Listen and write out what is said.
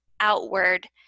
outward